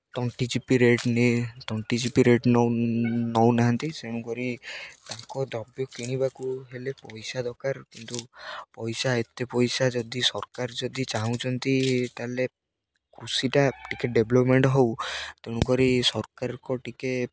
ତଣ୍ଟି ଚିପି ରେଟ୍ ନିଏ ତଣ୍ଟି ଚିପି ରେଟ୍ ନେଉ ନେଉନାହାନ୍ତି ତେଣୁକରି ତାଙ୍କ ଦ୍ରବ୍ୟ କିଣିବାକୁ ହେଲେ ପଇସା ଦରକାର କିନ୍ତୁ ପଇସା ଏତେ ପଇସା ଯଦି ସରକାର ଯଦି ଚାହୁଁଛନ୍ତି ତା'ହେଲେ କୃଷିଟା ଟିକିଏ ଡେଭ୍ଲପ୍ମେଣ୍ଟ୍ ହେଉ ତେଣୁକରି ସରକାରଙ୍କୁ ଟିକିଏ